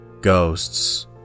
ghosts